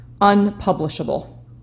unpublishable